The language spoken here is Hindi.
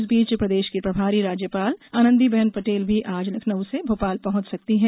इस बीच प्रदेश की प्रभारी राज्यपाल आनंदीबेन पटेल भी आज लखनउ से भोपाल पहुंच सकती हैं